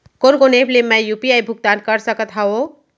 कोन कोन एप ले मैं यू.पी.आई भुगतान कर सकत हओं?